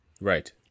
Right